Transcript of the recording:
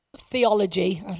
theology